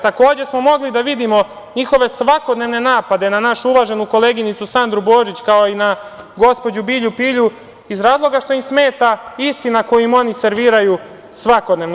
Takođe smo mogli da vidimo njihove svakodnevne napade na našu uvaženu koleginicu Sandru Božić, kao i na gospođu Bilju Pilju iz razloga što im smeta istina koju im oni serviraju svakodnevno.